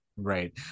Right